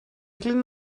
clean